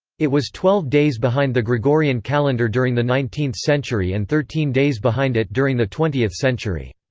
it was twelve days behind the gregorian calendar during the nineteenth century and thirteen days behind it during the twentieth century.